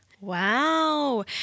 Wow